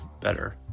better